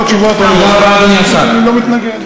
אני לא מתנגד.